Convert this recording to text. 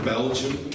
Belgium